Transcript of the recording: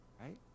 right